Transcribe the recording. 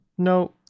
No